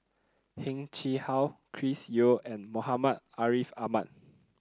Heng Chee How Chris Yeo and Muhammad Ariff Ahmad